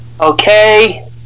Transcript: Okay